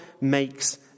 makes